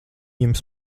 jums